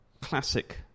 classic